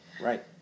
right